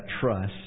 trust